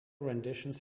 renditions